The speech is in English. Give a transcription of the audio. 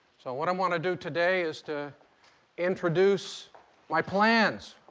so what i want to do today is to introduce my plans.